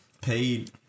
paid